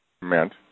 meant